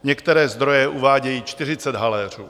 Některé zdroje uvádějí 40 haléřů.